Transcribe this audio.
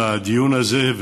לדיון הזה,